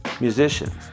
musicians